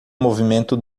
movimento